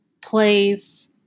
place